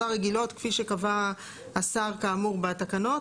כפי שהורה מנהל היחידה הווטרינרית כאמור בסעיף 192,